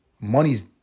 money's